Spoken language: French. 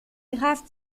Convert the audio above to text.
graves